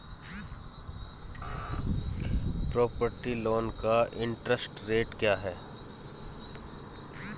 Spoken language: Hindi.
प्रॉपर्टी लोंन का इंट्रेस्ट रेट क्या है?